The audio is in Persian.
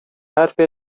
حرفت